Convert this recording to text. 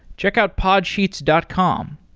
check out podsheets dot com.